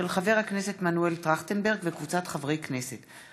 של חבר הכנסת מנואל טרכטנברג וקבוצת חברי הכנסת.